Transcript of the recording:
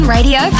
Radio